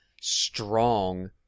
strong